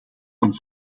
een